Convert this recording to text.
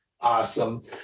Awesome